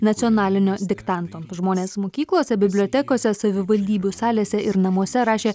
nacionalinio diktanto žmonės mokyklose bibliotekose savivaldybių salėse ir namuose rašė